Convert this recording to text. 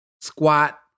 squat